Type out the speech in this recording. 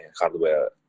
hardware